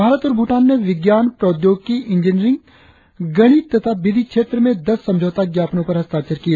भारत और भूटान ने विज्ञान प्रौद्योगिकी ईंजीनियरिंग गणित तथा विधि क्षेत्र में दस समझौता ज्ञापनों पर हस्ताक्षर किए